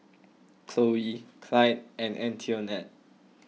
Cloe Clide and Antionette